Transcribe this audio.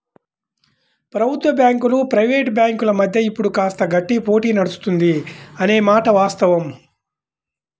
ప్రభుత్వ బ్యాంకులు ప్రైవేట్ బ్యాంకుల మధ్య ఇప్పుడు కాస్త గట్టి పోటీ నడుస్తుంది అనే మాట వాస్తవం